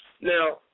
Now